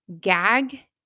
gag